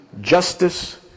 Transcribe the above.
justice